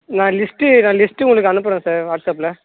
நான் லிஸ்ட்டு நான் லிஸ்ட்டு உனக்கு அனுப்புகிறேன் சார் வாட்ஸப்ல